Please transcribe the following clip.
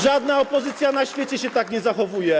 Żadna opozycja na świecie się tak nie zachowuje.